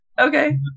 Okay